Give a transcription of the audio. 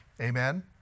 Amen